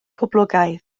poblogaidd